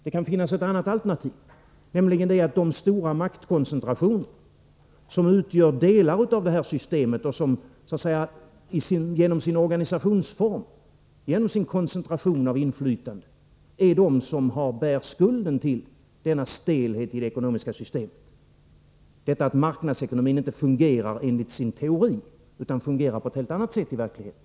Det kan finnas ett annat alternativ, nämligen att de stora maktkoncentrationer som utgör delar av det här systemet och som så att säga genom sin organisationsform, genom sin koncentration av inflytande, är de som bär skulden till stelheten i det ekonomiska systemet. Jag syftar på detta att marknadsekonomin inte fungerar enligt sin teori utan fungerar på ett helt annat sätt i verkligheten.